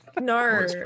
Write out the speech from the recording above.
No